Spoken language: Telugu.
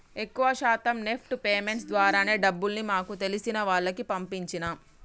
ఎక్కువ శాతం నెఫ్ట్ పేమెంట్స్ ద్వారానే డబ్బుల్ని మాకు తెలిసిన వాళ్లకి పంపించినం